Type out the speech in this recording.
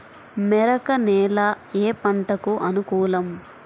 మెరక నేల ఏ పంటకు అనుకూలం?